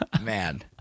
Man